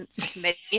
Committee